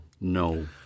No